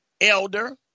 elder